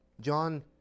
John